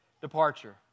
departure